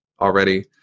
already